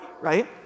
right